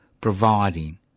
providing